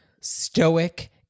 stoic